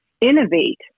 innovate